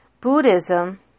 Buddhism